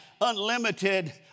unlimited